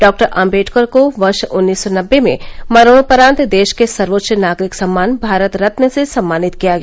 डा आम्बेडकर को वर्ष उन्नीस सौ नब्बे में मरणोपरांत देश के सर्वोच्च नागरिक सम्मान भारत रत्न से सम्मानित किया गया